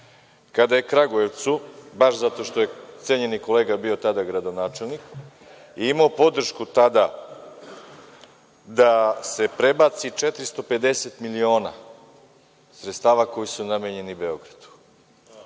kada je Kragujevcu, baš zato što je cenjeni kolega bio tada gradonačelnik, imao podršku tada da se prebaci 450 miliona sredstava koji su namenjeni Beogradu.